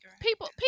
people